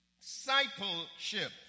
discipleship